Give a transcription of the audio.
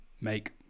make